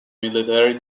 military